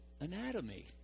anatomy